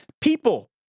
people